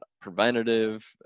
preventative